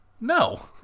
No